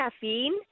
caffeine